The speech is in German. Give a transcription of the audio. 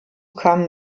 kamen